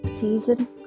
Season